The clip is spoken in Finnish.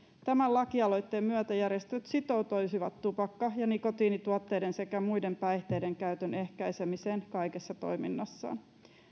tämän lakialoitteen myötä järjestöt sitoutuisivat tupakka ja nikotiinituotteiden sekä muiden päihteiden käytön ehkäisemiseen kaikessa toiminnassaan